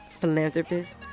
philanthropist